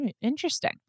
Interesting